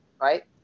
right